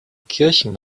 kirchen